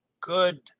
good